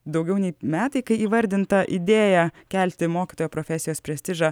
daugiau nei metai kai įvardinta idėja kelti mokytojo profesijos prestižą